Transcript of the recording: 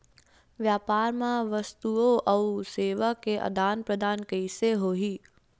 व्यापार मा वस्तुओ अउ सेवा के आदान प्रदान कइसे होही?